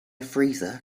freezer